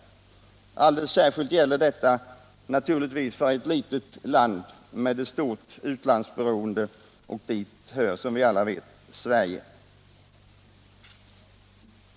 Alldeles särskilt gäller detta för ett litet land med ett stort utlandsberoende — och Sverige är som vi alla vet ett sådant.